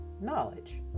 knowledge